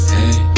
Hey